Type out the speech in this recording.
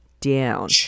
down